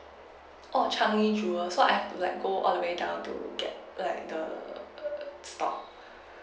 oh changi jewel so I have to like go all the way down to get like the stock